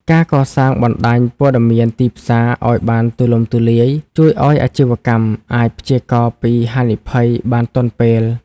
ការកសាងបណ្ដាញព័ត៌មានទីផ្សារឱ្យបានទូលំទូលាយ ជួយឱ្យអាជីវកម្មអាចព្យាករណ៍ពីហានិភ័យបានទាន់ពេល។